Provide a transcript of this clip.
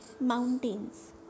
mountains